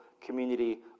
community